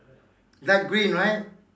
light green right